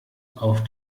auf